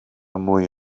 mwy